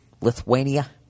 Lithuania